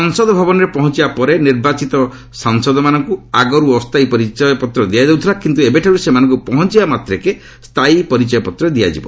ସଂସଦ ଭବନରେ ପହଞ୍ଚିବା ପରେ ନବନିର୍ବାଚିତ ସାଂସଦମାନଙ୍କୁ ଆଗର୍ ଅସ୍ଥାୟୀ ପରିଚୟପତ୍ର ଦିଆଯାଉଥିଲା କିନ୍ତୁ ଏବେଠାରୁ ସେମାନେ ପହଞ୍ଚିବା ମାତ୍ରକେ ସ୍ଥାୟୀ ପରିଚୟପତ୍ର ଦିଆଯାଇଛି